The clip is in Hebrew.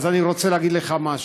אז אני רוצה להגיד לך משהו: